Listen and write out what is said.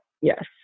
Yes